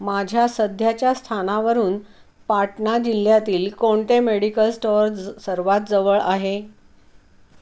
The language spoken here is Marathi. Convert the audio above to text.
माझ्या सध्याच्या स्थानावरून पाटणा जिल्ह्यातील कोणते मेडिकल स्टोअर स सर्वात जवळ आहे